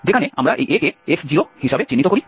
যেখানে আমরা এই a কে x0 হিসাবে চিহ্নিত করি